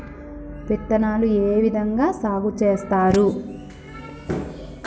విత్తనాలు ఏ విధంగా సాగు చేస్తారు?